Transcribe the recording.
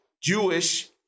Jewish